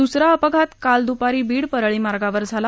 दुसरा अपघात काल दुपारी बीड परळी मार्गावर झाला